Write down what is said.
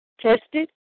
tested